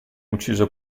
ucciso